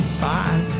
Bye